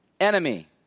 enemy